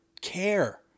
care